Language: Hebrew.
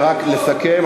רק לסכם.